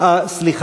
17